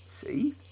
see